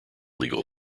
legal